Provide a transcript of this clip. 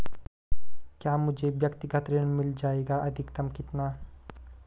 क्या मुझे व्यक्तिगत ऋण मिल जायेगा अधिकतम कितना?